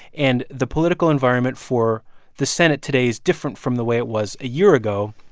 and the political environment for the senate today is different from the way it was a year ago,